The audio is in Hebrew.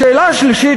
השאלה השלישית,